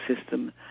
system